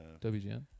WGN